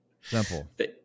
Simple